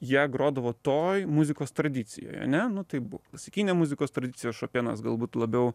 ją grodavo toj muzikos tradicijoj ane nu tai buvo klasikinė muzikos tradicija šopenas galbūt labiau